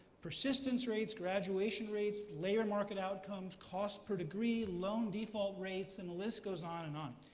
persistence rates, graduation rates, labor market outcomes, cost per degree, loan default rates, and the list goes on and on.